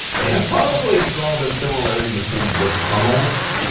he probably saw the similarity between the tunnels,